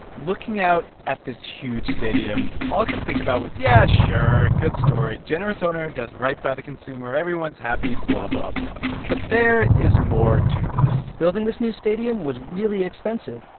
looking out at this huge stadium, all i could think about was, yeah, sure, a good story. generous owner does right by the consumer everyone's happy blah, blah, blah. but there is more to this building this new stadium was really expensive.